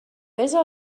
besa